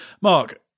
Mark